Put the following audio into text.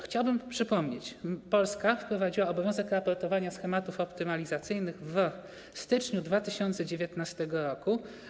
Chciałbym przypomnieć, że Polska wprowadziła obowiązek raportowania schematów optymalizacyjnych w styczniu 2019 r.